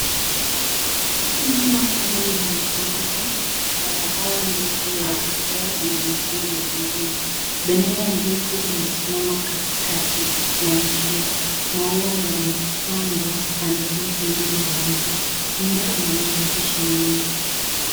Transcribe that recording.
Nyumba kubwa yenye ghorofa, barabara ndogo ya vigae inaonekana mlangoni. Bendera ndefu imesimama katikati ya njia. Maua yamepandwa pande zote mbili za njia. Nyumba ina madirisha mengi.